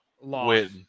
Win